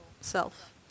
self